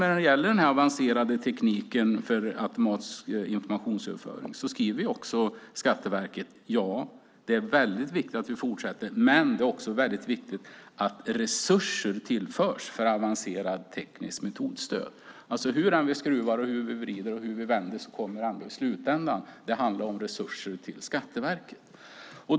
När det gäller den avancerade tekniken för automatisk informationsöverföring skriver Skatteverket att det är väldigt viktigt att vi fortsätter, men det är också väldigt viktigt att resurser tillförs för avancerat tekniskt metodstöd. Hur vi än skruvar, vrider och vänder kommer det ändå i slutändan att handla om resurser till Skatteverket.